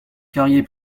carrier